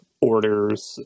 orders